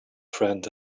friend